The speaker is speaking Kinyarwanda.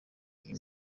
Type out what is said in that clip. iyi